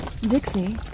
Dixie